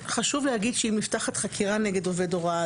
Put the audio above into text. אם נפתחת חקירה נגד עובד הוראה,